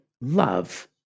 love